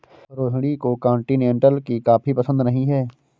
रोहिणी को कॉन्टिनेन्टल की कॉफी पसंद नहीं है